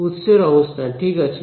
উৎসের অবস্থান ঠিক আছে